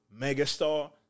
megastar